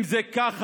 אם זה כך,